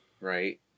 Right